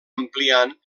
ampliant